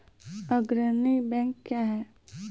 अग्रणी बैंक क्या हैं?